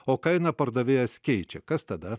o kainą pardavėjas keičia kas tada